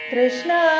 Krishna